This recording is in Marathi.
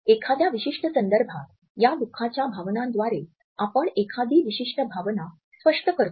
एखाद्या विशिष्ट संदर्भात या दुखाच्या भावनांद्वारे आपण एखादी विशिष्ट भावना स्पष्ट करतो